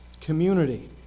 community